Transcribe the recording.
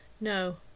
No